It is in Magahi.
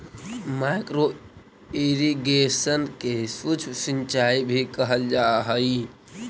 माइक्रो इरिगेशन के सूक्ष्म सिंचाई भी कहल जा हइ